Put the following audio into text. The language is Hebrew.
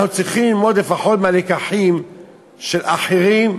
אנחנו צריכים ללמוד לפחות מהלקחים של אחרים,